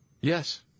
Yes